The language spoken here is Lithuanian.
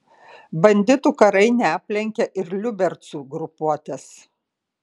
banditų karai neaplenkė ir liubercų grupuotės